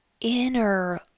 inner